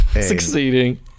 succeeding